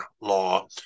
law